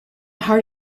heart